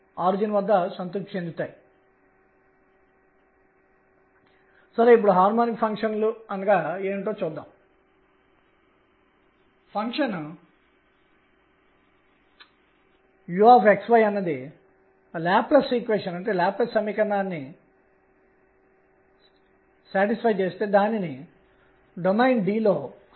కాబట్టి కోణీయ ద్రవ్యవేగం యొక్క z కాంపోనెంట్ అంశం n కి సమానం అని కనుగొన్నాము